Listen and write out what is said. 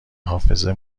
حافظه